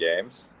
games